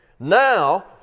Now